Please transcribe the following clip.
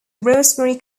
rosemary